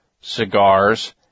cigars